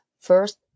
first